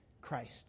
Christ